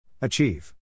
Achieve